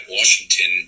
Washington